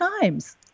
Times